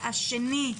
השני,